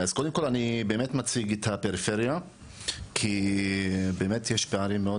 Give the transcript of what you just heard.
קודם כל אני באמת מציג את הפריפריה כי באמת יש פערים מאוד